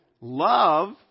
Love